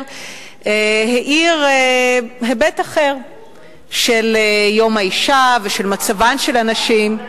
האיר היבט אחר של יום האשה ושל מצבן של הנשים,